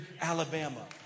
Alabama